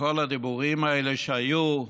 וכל הדיבורים האלה שהיו,